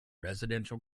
residential